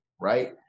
right